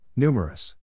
Numerous